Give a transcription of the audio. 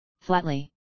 flatly